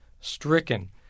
stricken